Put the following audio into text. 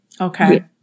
Okay